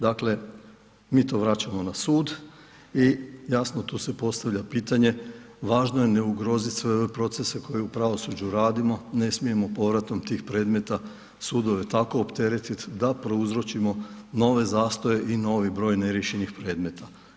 Dakle, mi to vraćamo na sud i jasno tu se postavlja pitanje, važno je ne ugroziti sve ove procese koje u pravosuđu radimo, ne smijemo povratom tih predmeta sudove tako opteretiti da prouzročimo nove zastoje i novi broj neriješenih predmeta.